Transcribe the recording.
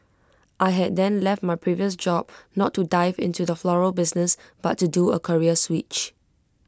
I had then left my previous job not to dive into the floral business but to do A career switch